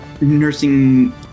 nursing